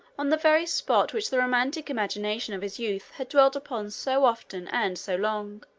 on the very spot which the romantic imagination of his youth had dwelt upon so often and so long.